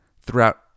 throughout